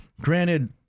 granted